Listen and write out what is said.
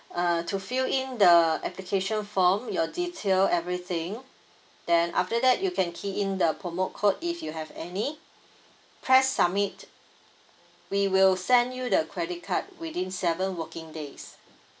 uh to fill in the application form your detail everything then after that you can key in the promo code if you have any press submit we will send you the credit card within seven working days